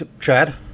Chad